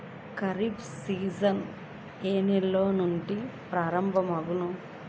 Kharif season ఏ నెల నుండి ప్రారంభం అగును?